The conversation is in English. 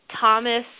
Thomas